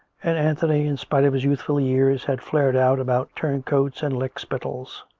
and anthony, in spite of his youthful years, had flared out about turncoats and lick spittles.